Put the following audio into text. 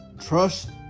Trust